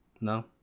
No